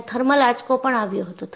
ત્યાં થર્મલ આંચકો પણ આવ્યો હતો